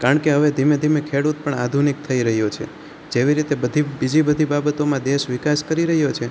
કારણ કે હવે ધીમે ધીમે ખેડૂત પણ આધુનિક થઈ રહ્યો છે જેવી રીતે બધી બીજી બધી બાબતોમાં દેશ વિકાસ કરી રહ્યો છે